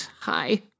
hi